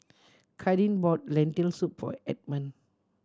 Kadin bought Lentil Soup for Edmon